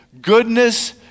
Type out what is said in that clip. goodness